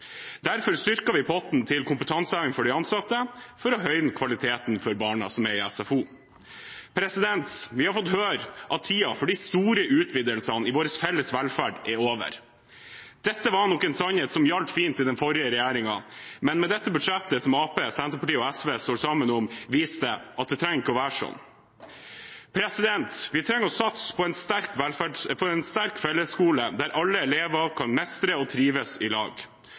Derfor styrker vi potten til kompetanseheving for de ansatte, for å høyne kvaliteten for barna som er i SFO. Vi har fått høre at tiden for de store utvidelsene i vår felles velferd er over. Dette var nok en sannhet som hjalp fint under den forrige regjeringen, men det budsjettet som Arbeiderpartiet, Senterpartiet og SV står sammen om, viser at det trenger ikke være sånn. Vi trenger å satse på en sterk fellesskole der alle elever kan mestre og trives i lag.